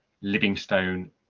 Livingstone